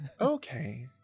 Okay